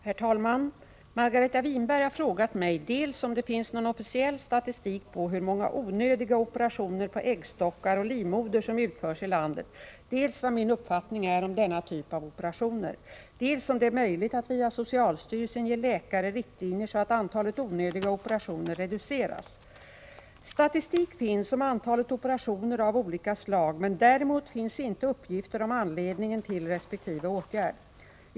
Herr talman! Margareta Winberg har frågat mig dels om det finns någon officiell statistik på hur många ”onödiga” operationer på äggstockar och livmoder som utförs i landet, dels vad min uppfattning är om denna typ av operationer, dels om det är möjligt att via socialstyrelsen ge läkare riktlinjer så att antalet ”onödiga” operationer reduceras. Statistik finns om antalet operationer av olika slag, men däremot finns inte uppgifter om anledningen till resp. åtgärd.